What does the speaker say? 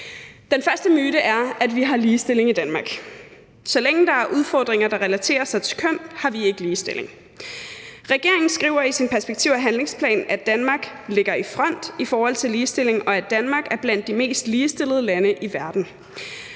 Den første myte er, at vi har ligestilling i Danmark. Så længe der er udfordringer, der relaterer sig til køn, har vi ikke ligestilling. Regeringen skriver i sin perspektiv- og handlingsplan, at Danmark ligger i front i forhold til ligestilling, og at Danmark er blandt de mest ligestillede lande i verden,